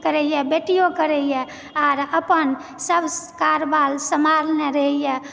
करयए बेटिओ करयए आर अपनसभ कारबार सम्हालने रहैए